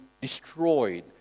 destroyed